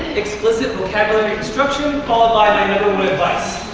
explicit vocabulary instruction followed by my number one advice,